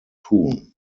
tun